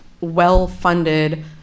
well-funded